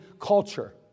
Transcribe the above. culture